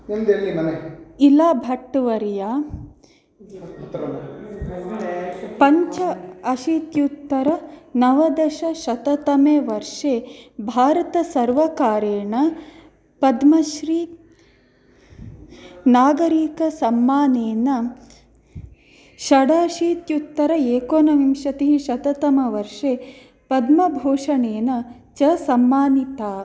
इला भट्ट वर्या पञ्च अशीत्युत्तर नवदशशततमे वर्षे भारतसर्वकारेण पद्मश्री नागरिकसन्मानेन षड् अशीत्युत्तर एकोनविंशतिशततमवर्षे पद्मभूषणेन च सन्मानिता